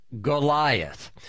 Goliath